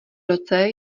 roce